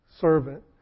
servant